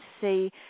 see